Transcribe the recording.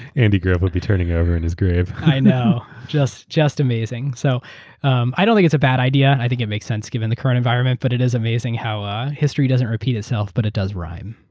andy grove will be turning over in his grave. i know, just just amazing. so um i don't think it's a bad idea. i think it makes sense given the current environment but it is amazing how ah history doesn't repeat itself, but it does rhyme.